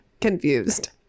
confused